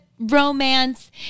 Romance